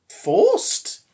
forced